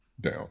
Down